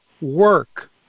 work